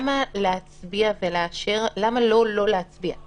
הם מגישים אותו, הם מודדים אותו לאורך כל